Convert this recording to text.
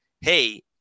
hey